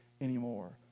anymore